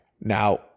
Now